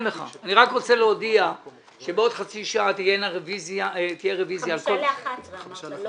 רק רוצה להודיע שבעוד חצי שעה תהיינה רביזיה --- ב-10:55 אמרת,